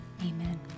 amen